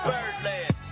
Birdland